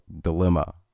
dilemma